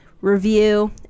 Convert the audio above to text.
review